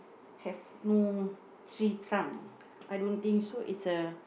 have no tree trunk I don't think so is a